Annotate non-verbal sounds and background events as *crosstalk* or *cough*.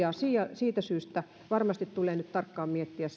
siitä syystä varmasti tulee tarkkaan miettiä *unintelligible*